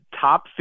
top